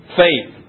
faith